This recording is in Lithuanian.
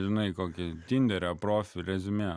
žinai kokia dinderio profilio reziumė